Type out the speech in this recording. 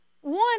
one